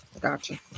gotcha